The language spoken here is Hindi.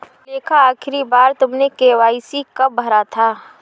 सुलेखा, आखिरी बार तुमने के.वाई.सी कब भरा था?